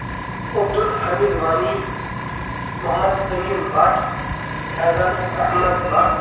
Abdul Hamid Wani Mohammad Amin Bhat Faizan Ahmad Bhat